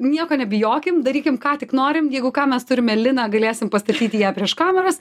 nieko nebijokim darykim ką tik norim jeigu ką mes turime liną galėsim pastatyti ją prieš kameras